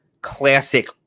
classic